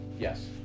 Yes